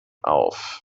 auf